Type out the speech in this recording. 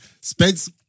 Spence